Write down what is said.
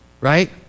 right